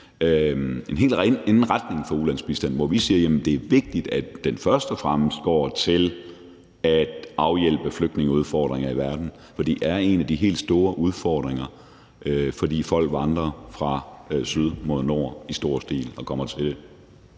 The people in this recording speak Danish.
den aftale, der ligger for ulandsbistanden, men hvor vi siger, at det er vigtigt, at den først og fremmest går til at afhjælpe flygtningeudfordringer i verden. For det er en af de helt store udfordringer, fordi folk i stor stil vandrer fra syd mod nord og kommer hertil.